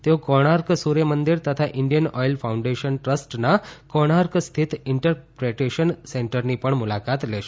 તેઓ કોણાર્ક સૂર્યમંદિર તથા ઈન્ડિયન ઓઈલ ફાઉન્ડેશન ટ્રસ્ટના કોણાર્ક સ્થિત ઈન્ટરપ્રેટેશન સેન્ટરની પણ મુલાકાત લેશે